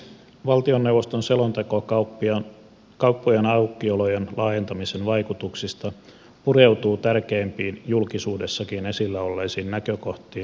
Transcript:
valtioneuvoston selonteko kauppojen aukiolojen laajentamisen vaikutuksista pureutuu tärkeimpiin julkisuudessakin esillä olleisiin näkökohtiin ja epäkohtiin